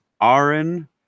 Aaron